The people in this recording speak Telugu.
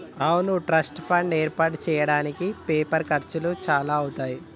అవును ట్రస్ట్ ఫండ్ ఏర్పాటు చేయడానికి పేపర్ ఖర్చులు చాలా అవుతాయి